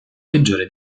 peggiore